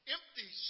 Empty